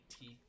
teeth